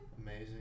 amazing